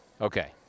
okay